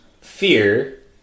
fear